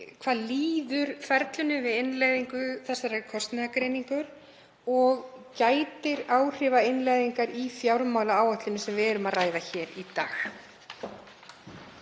Hvað líður ferlinu við innleiðingu þessarar kostnaðargreiningar og gætir áhrifa innleiðingar í fjármálaáætluninni sem við erum að ræða hér í dag?